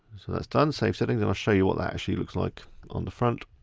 so that's done, same setting then i'll show you what that actually looks like on the front.